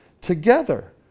together